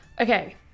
okay